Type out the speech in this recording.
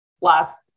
last